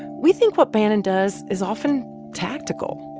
we think what bannon does is often tactical.